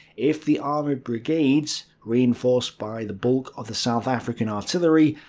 if the armoured brigades, reinforced by the bulk of the south african artillery,